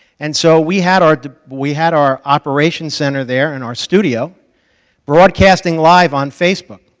and so we had our we had our operations center there and our studio broadcasting live on facebook,